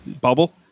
bubble